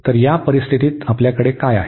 तर या परिस्थितीत आपल्याकडे काय आहे